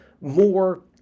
more